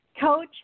coach